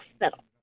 hospital